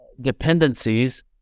dependencies